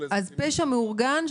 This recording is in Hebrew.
פשע מאורגן,